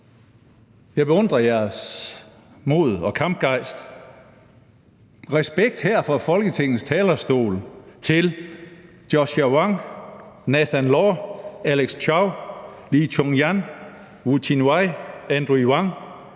Jeg beundrer jeres mod og kampgejst. Respekt her fra Folketingets talerstol til Joshua Wong, Nathan Law, Alex Chow, Lee Cheuk-yan, Wu Chi-wai, Andrew Wan,